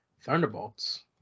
Thunderbolts